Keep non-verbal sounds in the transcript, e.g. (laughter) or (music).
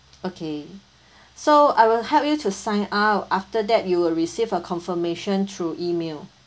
okay (breath) so I will help you to sign up after that you will receive a confirmation through email